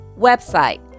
website